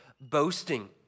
boasting